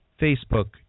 Facebook